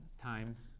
times